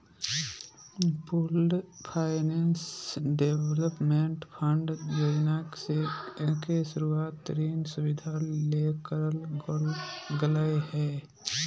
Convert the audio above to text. pooled finance development fund योजना के शुरूवात ऋण सुविधा ले करल गेलय हें